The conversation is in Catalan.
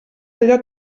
allò